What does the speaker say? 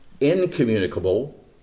incommunicable